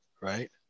Right